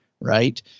right